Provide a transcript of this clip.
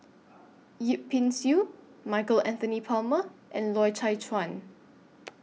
Yip Pin Xiu Michael Anthony Palmer and Loy Chye Chuan